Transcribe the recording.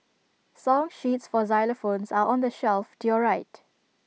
song sheets for xylophones are on the shelf to your right